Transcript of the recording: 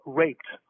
raped